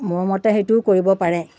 মোৰ মতে সেইটোও কৰিব পাৰে